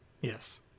Yes